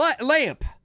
lamp